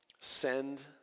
send